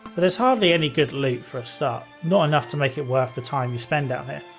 but there's hardly any good loot for a start. not enough to make it worth the time you spend down here.